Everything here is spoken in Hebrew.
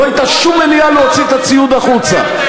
לא הייתה שום מניעה להוציא את הציוד החוצה.